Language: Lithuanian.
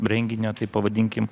renginio taip pavadinkim